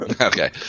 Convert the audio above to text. Okay